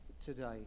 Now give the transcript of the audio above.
today